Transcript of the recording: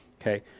Okay